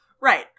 Right